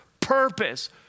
purpose